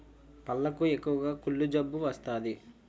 పళ్లకు ఎక్కువగా కుళ్ళు జబ్బు వస్తాది